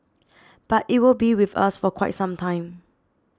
but it will be with us for quite some time